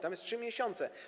Tam są 3 miesiące.